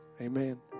Amen